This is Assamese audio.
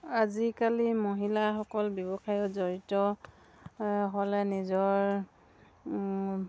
আজিকালি মহিলাসকল ব্যৱসায়ত জড়িত হ'লে নিজৰ